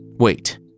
Wait